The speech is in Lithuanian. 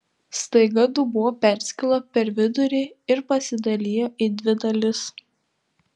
staiga dubuo perskilo per vidurį ir pasidalijo į dvi dalis